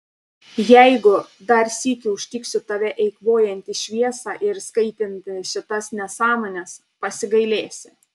jeigu dar sykį užtiksiu tave eikvojantį šviesą ir skaitantį šitas nesąmones pasigailėsi